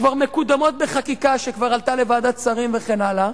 כבר מקודמות בחקיקה שכבר עלתה לוועדת שרים וכן הלאה.